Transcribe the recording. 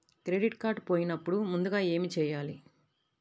Credit card పోయినపుడు ముందుగా ఏమి చేయాలి?